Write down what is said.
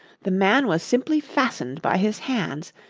the man was simply fastened by his hands,